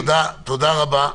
תודה רבה.